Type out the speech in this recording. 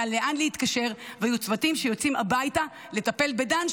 לאן להתקשר והיו צוותים שיוצאים הביתה לטפל בדן,